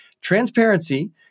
transparency